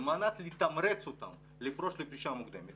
אז על מנת לתמרץ אותם לפרוש פרישה מוקדמת